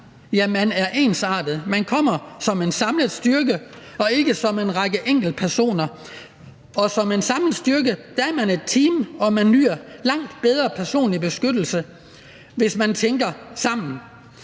ja, man er ensartet. Man kommer som en samlet styrke og ikke som en række enkeltpersoner. Og som en samlet styrke er man et team, og man nyder langt bedre personlig beskyttelse, hvis man tænker sammen.